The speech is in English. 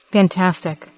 fantastic